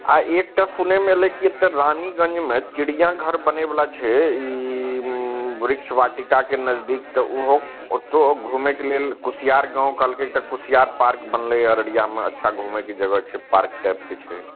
आओर एकटा सुनैमे अएलै कि एतए रानीगञ्जमे चिड़िआँघर बनैवला छै ई वृक्ष वाटिकाके नजदीक तऽ ओहो ओतहु घुमैके लेल कुसिआर गाम कहलकै एकटा कुसिआर पार्क बनलै यऽ अररियामे अच्छा घुमैके जगह छै पार्क टाइपके छै